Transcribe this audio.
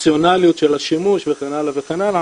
והפונקציונליות של השימוש וכן הלאה וכן הלאה.